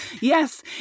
Yes